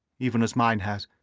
even as mine has.